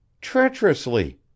Treacherously